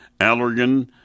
Allergan